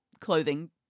clothing